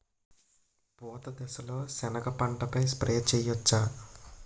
పూత దశలో సెనగ పంటపై స్ప్రే చేయచ్చా?